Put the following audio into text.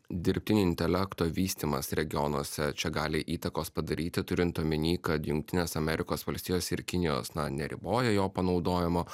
dirbtinio intelekto vystymas regionuose čia gali įtakos padaryti turint omeny kad jungtinės amerikos valstijos ir kinijos na neriboja jo panaudojimo